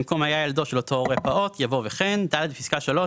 במקום "היה ילדו של אותו הורה פעוט" יבוא "וכן"; בפסקה (3),